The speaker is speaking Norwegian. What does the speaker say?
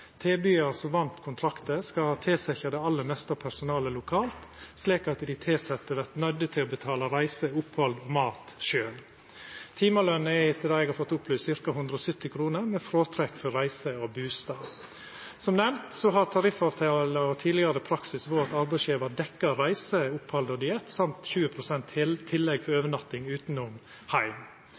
som vant kontrakten, skal tilsetja det aller meste av personalet lokalt, slik at dei tilsette vert nøydde til å betala reise, opphald og mat sjølve. Timeløna er etter det eg har fått opplyst, ca. 170 kr, med fråtrekk for reise og bustad. Som nemnt har tariffavtala og tidlegare praksis vore at arbeidsgjevar dekkjer reise, opphald og diett samt 20 pst. tillegg for overnatting